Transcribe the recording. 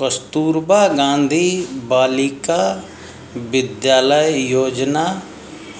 कस्तूरबा गांधी बालिका विद्यालय योजना